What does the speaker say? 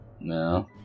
No